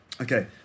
Okay